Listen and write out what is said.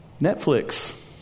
Netflix